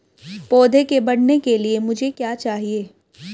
पौधे के बढ़ने के लिए मुझे क्या चाहिए?